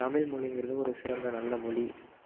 தமிழ் மொழிங்கிறது ஒரு சிறந்த நல்ல மொழி